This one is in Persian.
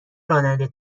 راننده